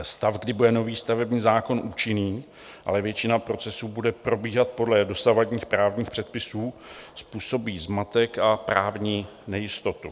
Stav, kdy bude nový stavební zákon účinný, ale většina procesů bude probíhat podle dosavadních právních předpisů, způsobí zmatek a právní nejistotu.